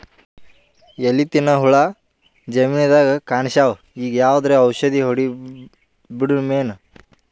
ಎಲಿ ತಿನ್ನ ಹುಳ ಜಮೀನದಾಗ ಕಾಣಸ್ಯಾವ, ಈಗ ಯಾವದರೆ ಔಷಧಿ ಹೋಡದಬಿಡಮೇನ?